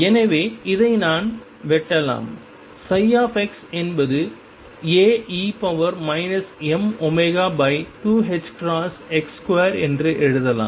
எனவே இதை நான் வெட்டலாம் x என்பது Ae mω2ℏx2என்று எழுதலாம்